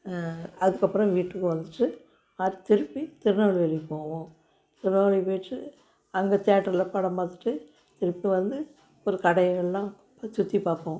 அதுக்கப்புறம் வீட்டுக்கு வந்துவிட்டு அது திருப்பி திருநெல்வேலிக்கு போவோம் திருநெல்வேலிக்கு போயிவிட்டு அங்கே தியேட்டரில் படம் பார்த்துட்டு திருப்பி வந்து ஒரு கடைல எல்லாம் போய் சுற்றி பார்ப்போம்